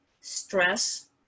stress